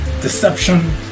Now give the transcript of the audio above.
deception